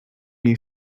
new